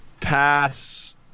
pass